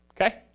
okay